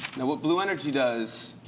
now what blueenergy does